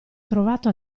trovato